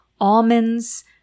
almonds